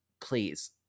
please